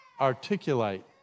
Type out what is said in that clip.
articulate